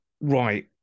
Right